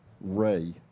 Ray